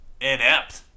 inept